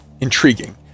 intriguing